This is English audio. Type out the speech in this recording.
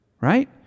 right